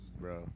Bro